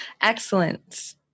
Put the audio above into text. Excellence